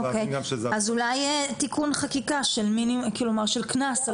אז אולי תיקון חקיקה של קנס,